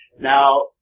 Now